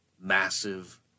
massive